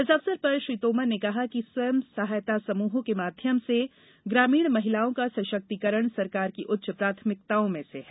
इस अवसर पर श्री तोमर ने कहा कि स्वयं सहायता समूहों के माध्यम से ग्रामीण महिलाओं का सशक्तिकरण सरकार की उच्च प्राथमिकताओं में है